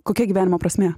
kokia gyvenimo prasmė